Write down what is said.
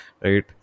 Right